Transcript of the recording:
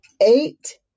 eight